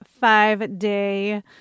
five-day